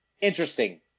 Interesting